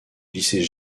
lycée